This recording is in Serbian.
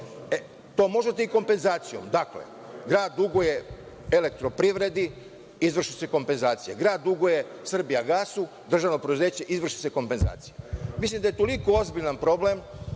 To možete i kompenzacijom. Dakle, grad duguje Elektroprivredi, izvrši se kompenzacija, grad duguje Srbijagasu, državno preduzeće, izvrši se kompenzacija. Mislim da je toliko ozbiljan problem